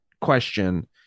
question